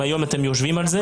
אם היום אתם יושבים על זה.